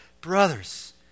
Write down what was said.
Brothers